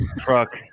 truck